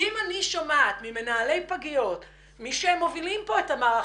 אם אני שומעת ממנהלי פגיות שמובילים כאן את המערך